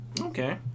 Okay